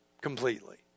completely